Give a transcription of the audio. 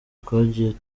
twagiye